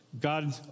God